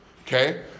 okay